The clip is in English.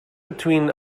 between